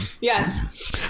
Yes